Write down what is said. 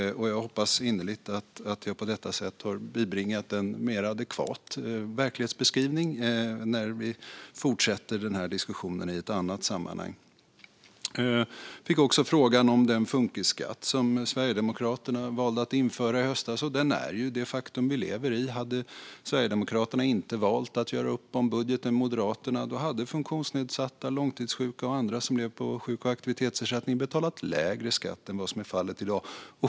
Jag hoppas innerligt att jag på detta sätt har bibringat en mer adekvat verklighetsbeskrivning när vi fortsätter denna diskussion i ett annat sammanhang. Jag fick också en fråga om den funkisskatt som Sverigedemokraterna valde att införa i höstas. Den är det faktum vi lever med. Hade Sverigedemokraterna inte valt att göra upp om budgeten med Moderaterna hade funktionsnedsatta, långtidssjuka och andra som lever på sjuk och aktivitetsersättning betalat lägre skatt än vad som är fallet i dag.